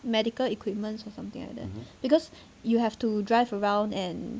medical equipments or something like that because you have to drive around and